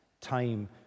time